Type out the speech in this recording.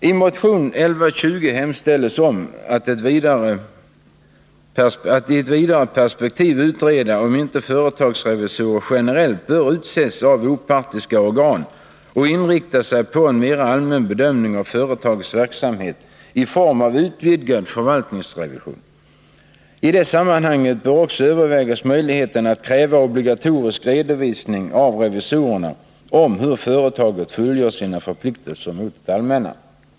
I motion 1120 hemställs om att det i ett vidare perspektiv utreds om inte företagsrevisorer generellt bör utses av opartiska organ och inrikta sig på en mera allmän bedömning av företagets verksamhet i form av utvidgad förvaltningsrevision. I det sammanhanget bör också övervägas möjligheten att kräva obligatorisk redovisning av revisorerna av hur företaget fullgör sina förpliktelser mot det allmänna.